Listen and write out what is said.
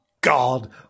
God